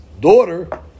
daughter